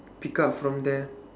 pick up from there